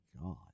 god